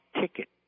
ticket